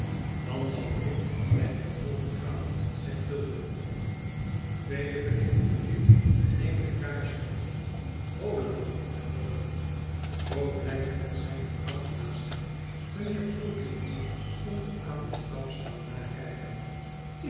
dan zal ik bij hem boven gaan zegt tulkinghorn tweede verdieping mijnheer neem de kaars mee holla daar boven krook blijft met zijne kat naast hem mijnheer tulkinghorn onder aan de trap staan nakijken